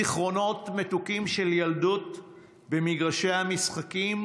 זיכרונות מתוקים של ילדות במגרשי המשחקים